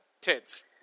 Tits